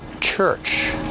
church